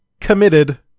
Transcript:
committed